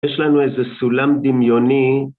יש לנו איזה סולם דמיוני.